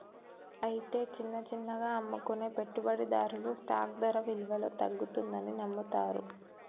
అయితే చిన్న చిన్నగా అమ్ముకునే పెట్టుబడిదారులు స్టాక్ ధర విలువలో తగ్గుతుందని నమ్ముతారు